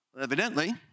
Evidently